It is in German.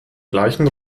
gleichen